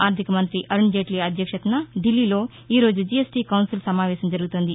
ఆర్దికమంత్రి అరుణ్జైట్లీ అధ్యక్షతన ధిల్లీలో ఈరోజు జీఎస్టీ కౌన్సిల్ సమావేశం జరుగుతోంది